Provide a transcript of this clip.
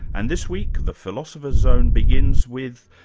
and this week the philosopher's zone begins with,